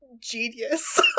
genius